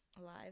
Alive